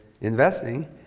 investing